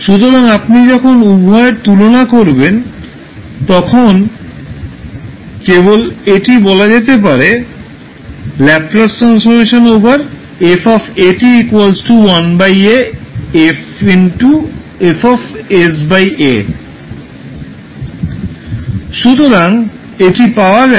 সুতরাং আপনি যখন উভয়ের তুলনা করেন কেবল এটি বলা যেতে পারে সুতরাং এটি পাওয়া গেছে